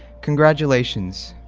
congratulations.